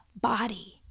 body